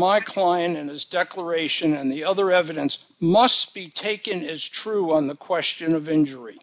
my client and his declaration and the other evidence must be taken as true on the question of injury